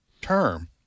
term